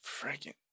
freaking